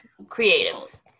Creatives